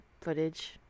Footage